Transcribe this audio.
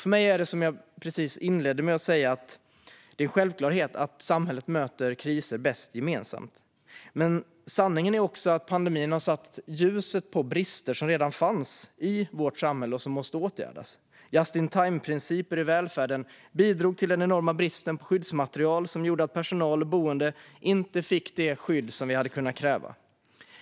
Precis som jag inledde med att säga är det för mig en självklarhet att samhället bäst möter kriser gemensamt. Men sanningen är också att pandemin har satt ljuset på brister som redan fanns i vårt samhälle och som måste åtgärdas. Just-in-time-principen i välfärden bidrog till den enorma brist på skyddsmaterial som gjorde att personal och boende inte fick det skydd vi borde ha kunnat kräva.